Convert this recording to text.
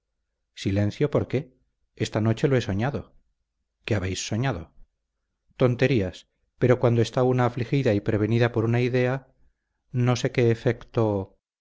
silencio por qué esta noche lo he soñado qué habéis soñado tonterías pero cuando está una afligida y prevenida por una idea no sé qué efecto